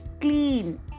clean